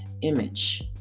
image